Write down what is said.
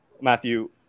Matthew